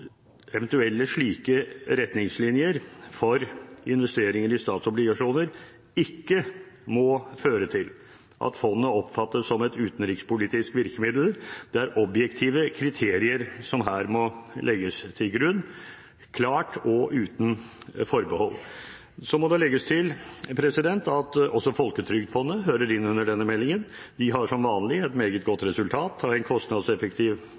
fondet oppfattes som et utenrikspolitisk virkemiddel. Det er objektive kriterier som her må legges til grunn, klart og uten forbehold. Så må det legges til at også Folketrygdfondet hører inn under denne meldingen. De har som vanlig et meget godt resultat og en kostnadseffektiv